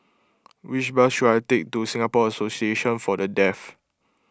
which bus should I take to Singapore Association for the Deaf